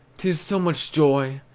t is so much joy!